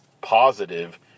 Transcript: positive